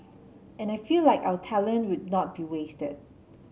and I feel like our talent would not be wasted